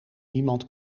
niemand